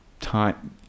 Time